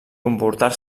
comportar